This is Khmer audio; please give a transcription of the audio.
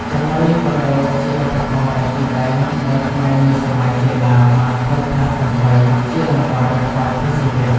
ចាប៉ីក៏ដូចជាឧបករណ៍ឯទៀតដែរ ដែលខ្មែរនាសម័យចេនឡាបានប្រើប្រាស់ដើម្បីជាតង្វាយថ្វាយព្រះសិវៈ។